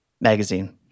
Magazine